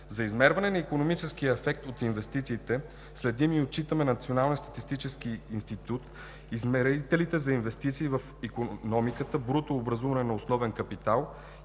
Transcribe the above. За измерване на икономическия ефект от инвестициите следи и отчита Националният статистически институт чрез измерителите за инвестиции в икономиката, брутообразуването на основен капитал